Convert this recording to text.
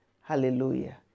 Hallelujah